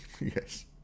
Yes